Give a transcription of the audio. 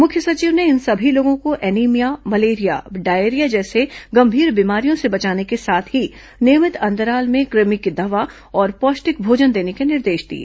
मुख्य सचिव ने इन सभी लोगों को एनीमिया मलेरिया डायरिया जैसे गंभीर बीमारियों से बचाने के साथ ही नियमित अंतराल में कृमि की दवा और पौष्टिक भोजन देने के निर्देश दिए